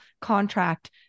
contract